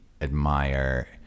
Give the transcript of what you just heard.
admire